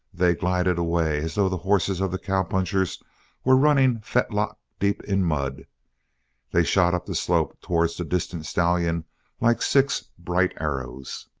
they glided away as though the horses of the cowpunchers were running fetlock deep in mud they shot up the slope towards the distant stallion like six bright arrows.